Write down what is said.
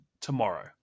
tomorrow